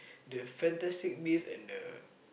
the Fantastic-Beast and the